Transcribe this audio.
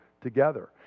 together